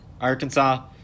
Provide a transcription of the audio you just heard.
Arkansas